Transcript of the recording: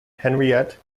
henriette